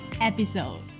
episode